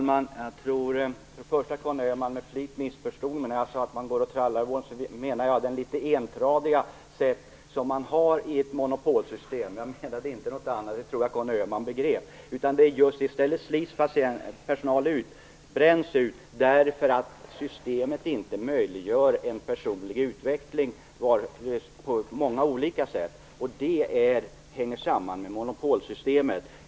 Fru talman! Jag tror att Conny Öhman med flit missförstod mig. När jag sade att man går och trallar i en landstingstillvaro menade jag det litet enahanda sätt som man har i ett monopolsystem. Jag menade inte någonting annat, och det trodde jag att Conny Öhman begrep. Personal slits och bränns ut därför att systemet inte möjliggör en personlig utveckling. Detta hänger samman med monopolsystemet.